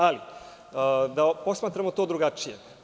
Ali, da posmatramo to drugačije.